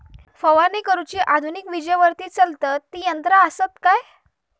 फवारणी करुची आधुनिक विजेवरती चलतत ती यंत्रा आसत काय?